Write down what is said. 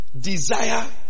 desire